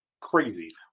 crazy